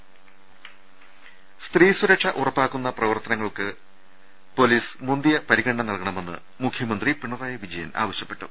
ശ്രദ്ധമങ്ങളെ ശ്രദ്ധ സ്ത്രീസുരക്ഷ ഉറപ്പാക്കുന്ന പ്രവർത്തനങ്ങൾക്ക് പൊലീസ് മുന്തിയ പരിഗണന നൽകണമെന്ന് മുഖ്യമന്ത്രി പിണറായി വിജയൻ ആവശ്യപ്പെട്ടു